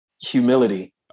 Humility